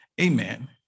amen